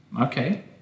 Okay